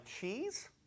cheese